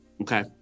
Okay